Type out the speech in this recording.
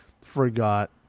forgot